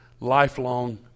lifelong